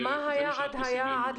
מה היעד שהיה עד